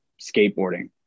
skateboarding